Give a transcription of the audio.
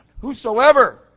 Whosoever